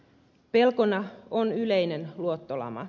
pelkona on yleinen luottolama